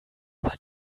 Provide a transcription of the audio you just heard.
aber